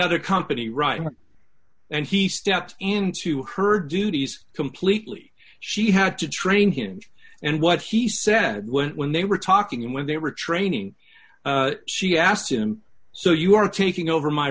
other company right now and he stepped into her duties completely she had to train him and what he said went when they were talking and when they were training she asked him so you are taking over my